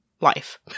life